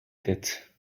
tête